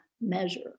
measure